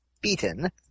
beaten